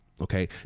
Okay